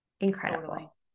Incredible